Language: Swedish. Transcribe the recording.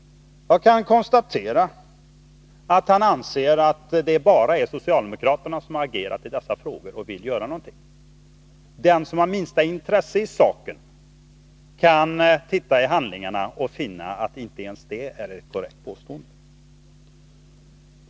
Jag kan konstatera att Kurt Hugosson anser att det bara är socialdemokraterna som har agerat i dessa frågor och vill göra någonting. Men den som har det minsta intresse av saken kan se i handlingarna och finna att inte ens detta är ett korrekt påstående.